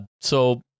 So-